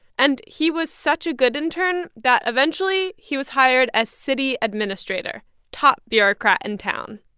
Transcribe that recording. and he was such a good intern that, eventually, he was hired as city administrator top bureaucrat in town.